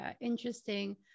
interesting